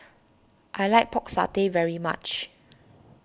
I like Pork Satay very much